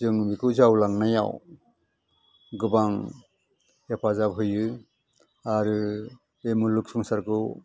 जों बेखौ जावलांनायाव गोबां हेफाजाब होयो आरो बे मुलुग संसारखौ